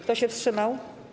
Kto się wstrzymał?